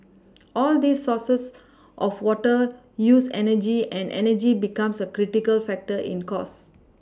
all these sources of water use energy and energy becomes a critical factor in cost